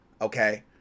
okay